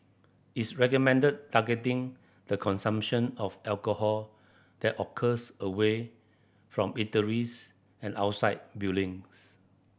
its recommended targeting the consumption of alcohol that occurs away from eateries and outside buildings